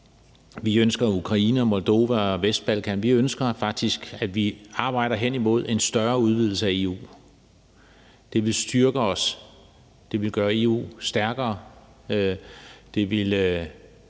Vi ønsker at få Ukraine, Moldova og Vestbalkan med. Vi ønsker faktisk, at vi arbejder hen imod en større udvidelse af EU. Det ville styrke os. Det ville gøre EU stærkere.